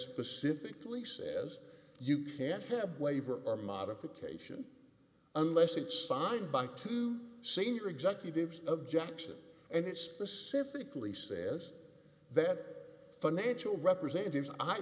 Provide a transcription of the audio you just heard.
specifically says you can't have waiver or modification unless it's signed by two senior executives of jackson and it specifically says that financial representative